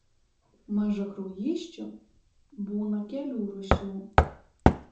mažakraujysčių būna kelių rūšių